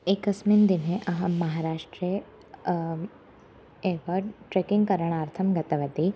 एकस्मिन् दिने अहं महाराष्ट्रे एव ट्रेकिङ्ग् करणार्थं गतवती